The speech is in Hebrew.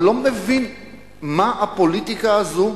אני לא מבין מה הפוליטיקה הזאת,